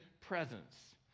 presence